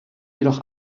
jedoch